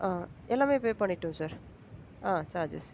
ஆ எல்லாமே பே பண்ணிவிட்டோம் சார் ஆ சார்ஜஸ்